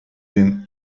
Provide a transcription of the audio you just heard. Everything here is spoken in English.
them